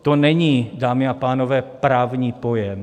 To není, dámy a pánové, právní pojem.